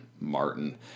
Martin